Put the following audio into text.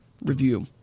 review